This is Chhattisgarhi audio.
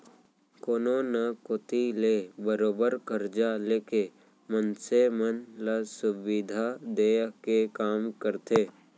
कोनो न कोती ले बरोबर करजा लेके मनसे मन ल सुबिधा देय के काम करथे